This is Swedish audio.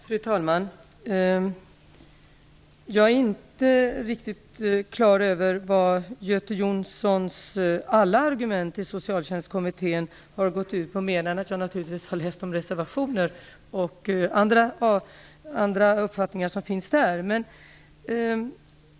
Fru talman! Jag är inte riktigt klar över vad alla de argument som Göte Jonsson anfört i Socialtjänstkommittén har gått ut på. Jag har dock naturligtvis läst reservationerna vid och de uppfattningar som redovisas i dess betänkande.